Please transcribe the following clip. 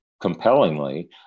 compellingly